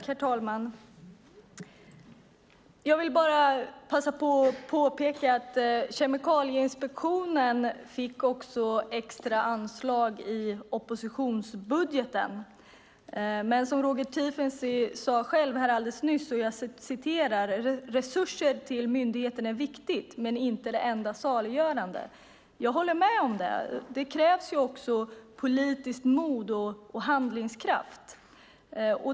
Herr talman! Jag vill passa på att påpeka att Kemikalieinspektionen också fick extra anslag i oppositionsbudgeten. Roger Tiefensee sade själv att resurser till myndigheten är viktigt men inte det enda saliggörande. Jag håller med om det. Det krävs också politiskt mod och handlingskraft.